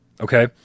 Okay